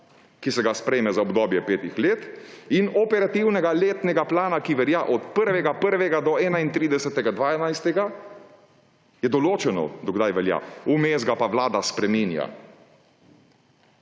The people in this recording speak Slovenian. ki se ga sprejme za obdobje petih let, in operativnega letnega plana, ki velja od 1. 1. do 31. 12., je določeno, do kdaj velja, vmes ga pa Vlada spreminja.